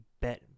bet